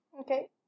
Okay